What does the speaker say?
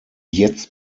jetzt